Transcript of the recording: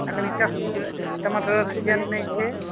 अखन तऽ टमाटरके सीजन नहि छै